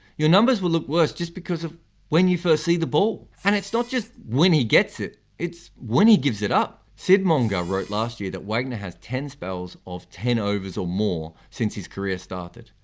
your numbers will look worse just because of when you first see the ball. and it's not just when he gets it, it's when he gives it up. sid monga wrote last year that wagner has ten spells of ten overs or more since his career started.